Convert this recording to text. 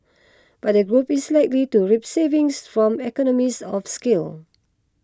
but the group is likely to reap savings from economies of scale